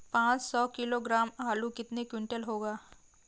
पाँच सौ किलोग्राम आलू कितने क्विंटल होगा?